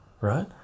right